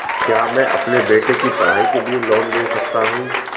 क्या मैं अपने बेटे की पढ़ाई के लिए लोंन ले सकता हूं?